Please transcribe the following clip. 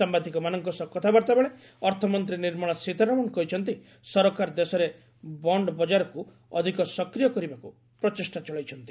ସାମ୍ଭାଦିକମାନଙ୍କ ସହ କଥାବାର୍ତ୍ତା ବେଳେ ଅର୍ଥମନ୍ତ୍ରୀ ନିର୍ମଳା ସୀତାରମଣ କହିଛନ୍ତି ସରକାର ଦେଶରେ ବଣ୍ଡ ବଜାରକ୍ ଅଧିକ ସକ୍ରିୟ କରିବାକୁ ପ୍ରଚେଷ୍ଟା ଚଳେଇଛନ୍ତି